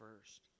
first